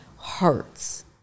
hurts